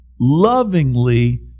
lovingly